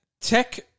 tech